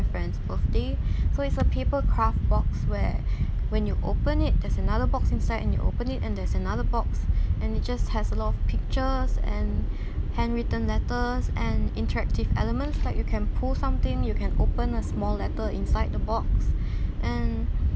friend's birthday so is a papercraft box where when you open it there's another box inside and you open it and there's another box and it just has a lot of pictures and handwritten letters and interactive elements like you can pull something you can open a small letter inside the box and